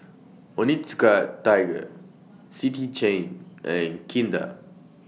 Onitsuka Tiger City Chain and Kinder